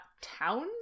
towns